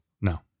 No